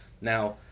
now